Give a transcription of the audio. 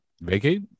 Vacate